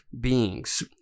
beings